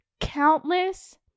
countless